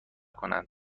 کنند